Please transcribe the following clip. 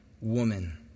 woman